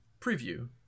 preview